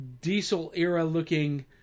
diesel-era-looking